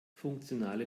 funktionale